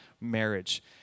marriage